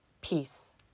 peace